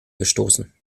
gestoßen